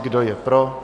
Kdo je pro?